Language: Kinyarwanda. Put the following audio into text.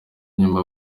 nyuma